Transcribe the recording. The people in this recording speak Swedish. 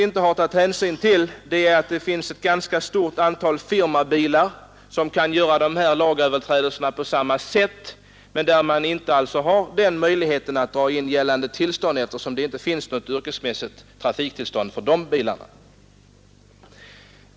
Det finns dock ett ganska stort antal firmabilar som kan göra sig skyldiga till motsvarande lagöverträdelser. I fråga om de firmabilarna finns det inte något motsvarande tillstånd att dra in, eftersom de ju inte har något trafiktillstånd för yrkesmässig trafik.